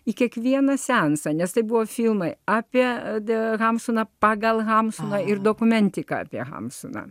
į kiekvieną seansą nes tai buvo filmai apie hamsuną pagal hamsuną ir dokumentiką apie hamsuną